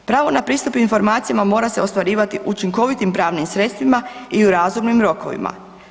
Pravo na pristup informacijama mora se ostvarivati učinkovitim pravnim sredstvima i u razumnim rokovima.